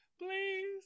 please